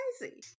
crazy